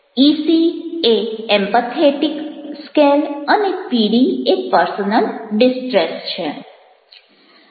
EC એ empathetic સમાનુભૂતિ scale અને પીડી એ પર્સનલ ડિસ્ટ્રેસ અંગત મનોવ્યથા છે